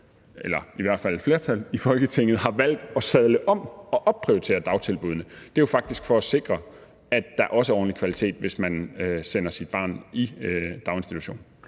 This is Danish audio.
eller i hvert fald et flertal, i Folketinget har valgt at sadle om og opprioritere dagtilbuddene: Det er faktisk for at sikre, at der også er ordentlig kvalitet, hvis man sender sit barn i daginstitution.